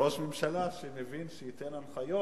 ראש ממשלה שמבין, שייתן הנחיות